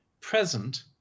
present